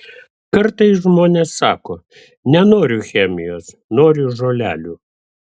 kartais žmonės sako nenoriu chemijos noriu žolelių